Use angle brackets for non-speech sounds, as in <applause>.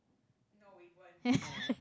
<laughs>